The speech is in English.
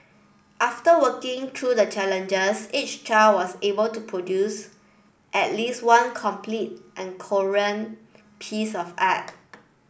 after working through the challenges each child was able to produce at least one complete and coherent piece of art